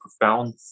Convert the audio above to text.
profound